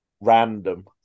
random